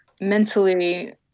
mentally